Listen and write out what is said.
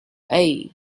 aye